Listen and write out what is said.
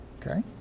Okay